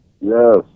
Yes